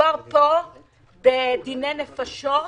מדובר פה בדיני נפשות.